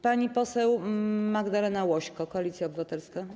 Pani poseł Magdalena Łośko, Koalicja Obywatelska.